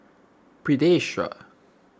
pediasure